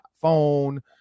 phone